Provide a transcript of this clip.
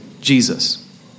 Jesus